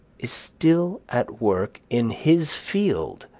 is still at work in his field,